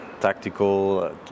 tactical